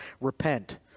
repent